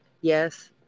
Yes